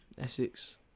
Essex